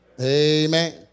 Amen